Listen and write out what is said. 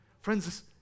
Friends